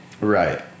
Right